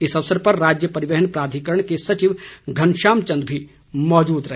इस अवसर पर राज्य परिवहन प्राधिकरण के सचिव घनश्याम चंद भी मौजूद रहे